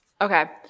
Okay